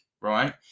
right